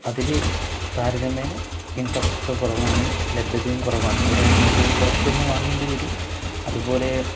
അതില് താരതമ്യേനെ ഇൻഫ്രാസ്ട്രക്ച്ചർ കുറവാണ് ലഭ്യതയും കുറവാണ് കുറേ മരുന്നുകൾ പുറത്തുനിന്നു വാങ്ങേണ്ടിവരും അതുപോലെ